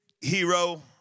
hero